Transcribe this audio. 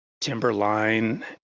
Timberline